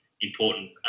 important